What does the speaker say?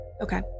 Okay